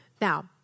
Now